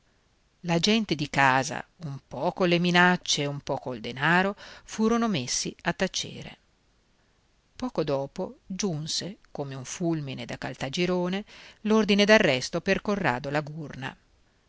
la gente di casa un po colle minacce un po col denaro furono messi a tacere poco dopo giunse come un fulmine da caltagirone l'ordine d'arresto per corrado